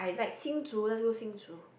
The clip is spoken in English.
Hsinchu leh let's go Hsinchu